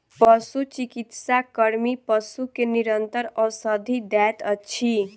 पशुचिकित्सा कर्मी पशु के निरंतर औषधि दैत अछि